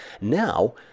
now